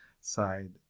side